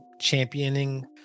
championing